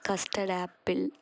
custard apple